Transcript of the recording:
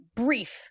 brief